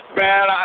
man